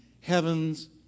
heaven's